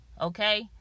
okay